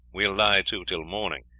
will lie to till morning,